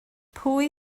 pwy